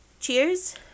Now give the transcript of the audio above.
Cheers